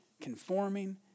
conforming